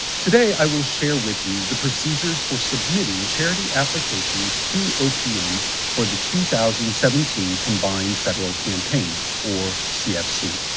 today, i will share with you the procedures for submitting charity applications to opm for the two thousand and seventeen combined federal campaign, or cfc.